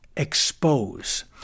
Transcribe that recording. expose